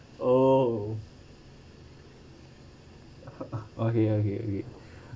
oh okay okay wait